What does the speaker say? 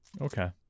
Okay